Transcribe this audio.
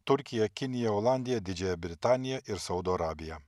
turkiją kiniją olandiją didžiąją britaniją ir saudo arabiją